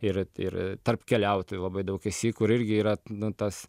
ir ir tarp keliautojų labai daug esi kur irgi yra nu tas